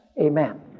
Amen